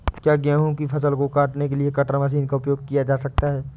क्या गेहूँ की फसल को काटने के लिए कटर मशीन का उपयोग किया जा सकता है?